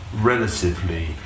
relatively